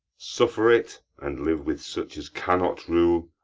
suffer't, and live with such as cannot rule,